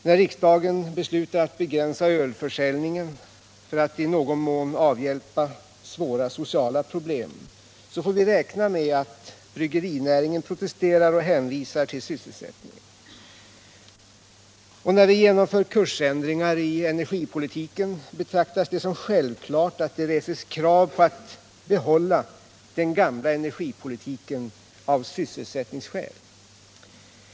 När riksdagen beslutar begränsa ölförsäljningen för att i någon mån avhjälpa svåra sociala problem får vi räkna med att bryggerinäringen protesterar och hänvisar till sysselsättningen. När vi genomför kursändringar i energipolitiken betraktas det som självklart att det reses krav på att av sysselsättningsskäl behålla den gamla energipolitiken.